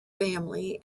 family